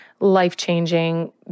life-changing